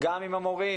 גם עם המורים,